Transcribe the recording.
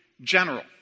general